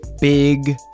big